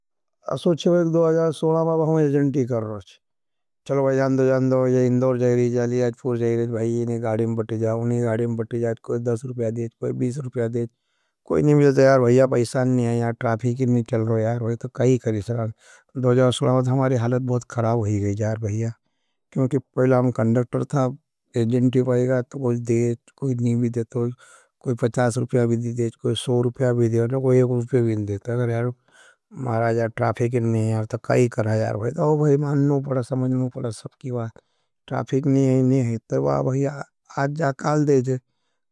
असोच्छे वाले, दो हजार सौलह वाले मैं एर्जिन्टी कर रहा हूँ। असुझे कोई दो हजार सौलह माँ में बस लाया था और बस कम लाया, काड़ी छबीस सत्ताईस उठायो। उका बनायो, करेक पच्चीस तीस लाख रुपे लगया, उका फिर इंदोर से बनाया, मैंने अलियेटपूर लाया। लेड़ा चुट कवा देया, घड़ा घड़ा खड़ी करी, उका बात फिर अबना म मौरत देखे, मालवेली जाओ, फिर एक दिन मालवेली बागा भाराज का पास, मालवेली ली गया।